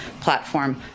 platform